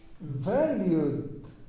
valued